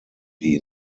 die